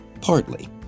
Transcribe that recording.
partly